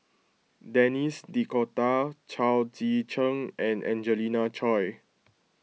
Denis D'Cotta Chao Tzee Cheng and Angelina Choy